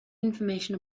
information